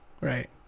Right